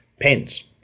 pens